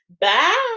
Bye